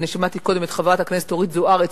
שמעתי קודם את חברת הכנסת אורית זוארץ,